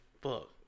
fuck